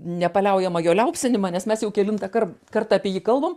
nepaliaujamą jo liaupsinimą nes mes jau kelintąkar kartą apie jį kalbam